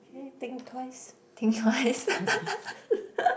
k think twice